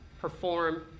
perform